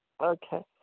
Okay